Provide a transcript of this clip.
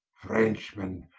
frenchmen,